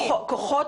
כוחות